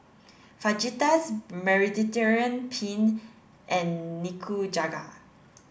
Fajitas Mediterranean Penne and Nikujaga